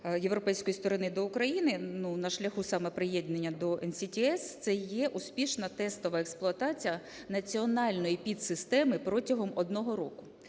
європейської сторони до України, ну, на шляху саме приєднання до NCTS - це є успішна тестова експлуатація національної підсистеми протягом одного року.